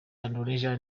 indonesia